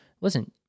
listen